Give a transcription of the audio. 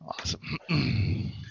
awesome